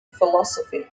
philosophy